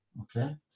okay